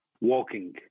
walking